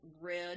red